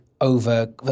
over